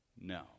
no